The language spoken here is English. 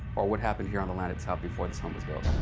or what happened here on the land itself before this home was built.